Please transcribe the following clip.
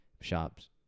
shops